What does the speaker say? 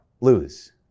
lose